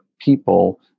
people